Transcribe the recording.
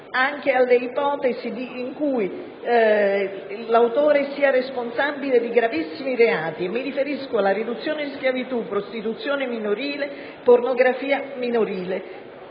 anche alle ipotesi in cui l'autore sia responsabile di gravissimi reati, quali la riduzione in schiavitù, la prostituzione minorile e la pornografia minorile.